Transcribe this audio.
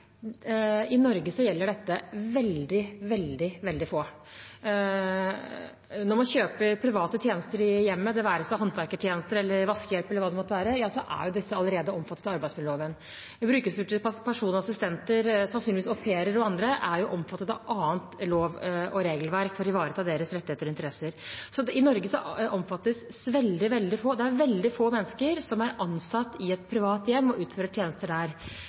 i Norge gjelder dette veldig, veldig få. Når man kjøper private tjenester i hjemmet – det være seg håndverkertjenester, vaskehjelp eller hva det måtte være – er dette allerede omfattet av arbeidsmiljøloven. Når det stort sett brukes personlige assistenter, sannsynligvis au pairer og andre, er de omfattet av annet lov- og regelverk for å ivareta deres rettigheter og interesser. I Norge er det veldig få mennesker som er ansatt i et privat hjem, og som utfører tjenester der.